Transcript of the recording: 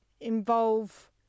involve